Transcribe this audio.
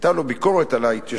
היתה לו ביקורת על ההתיישבות.